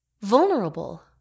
Vulnerable